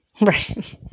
Right